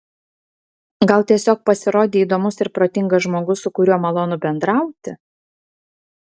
gal tiesiog pasirodei įdomus ir protingas žmogus su kuriuo malonu bendrauti